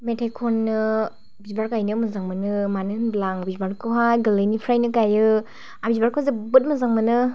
मेथाइ खन्नो बिबार गायनो मोजां मोनो मानो होब्ला आं बिबारखौहाय गोरलैनिफ्रायनो गायो आं बिबारखौ जोबोर मोजां मोनो